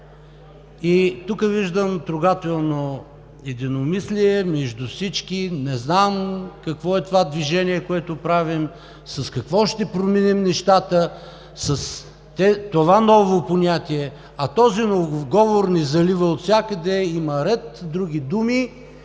Тук виждам трогателно единомислие между всички. Не знам какво е това движение, което правим. С какво ще променим нещата с това ново понятие? А този новоговор ни залива отвсякъде. Има ред други думи,